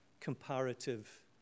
comparative